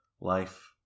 life